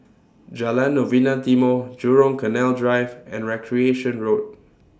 Jalan Novena Timor Jurong Canal Drive and Recreation Road